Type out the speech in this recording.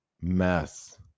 mess